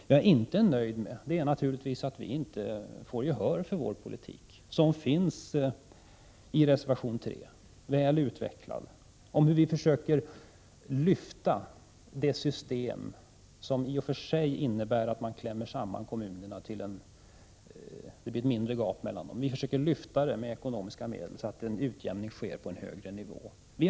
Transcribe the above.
Jag är inte nöjd med att vi i vpk inte får gehör för vår politik, som är väl utvecklad i reservation 3. Vi försöker lyfta det system som i och för sig innebär att det blir ett mindre gap mellan kommuner. Med ekonomiska medel skall det göras en utjämning på en högre nivå.